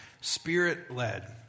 Spirit-Led